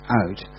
out